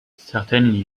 certainly